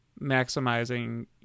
maximizing